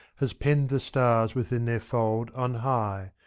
has penned the stars within their fold on high,